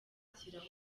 ashyiraho